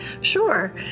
Sure